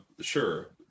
Sure